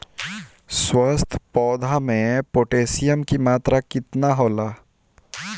स्वस्थ पौधा मे पोटासियम कि मात्रा कितना होला?